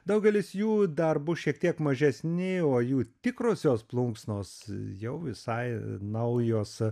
daugelis jų dar bus šiek tiek mažesni o jų tikrosios plunksnos jau visai naujos